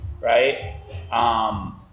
right